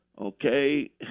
okay